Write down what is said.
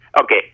Okay